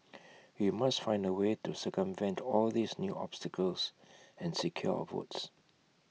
we must find A way to circumvent all these new obstacles and secure our votes